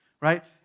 right